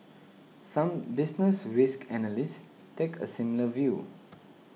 some business risk analysts take a similar view